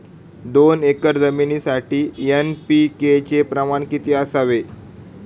दोन एकर जमिनीसाठी एन.पी.के चे प्रमाण किती असावे?